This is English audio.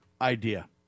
idea